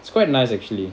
it's quite nice actually